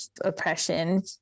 oppression